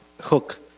hook